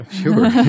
Sure